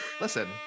listen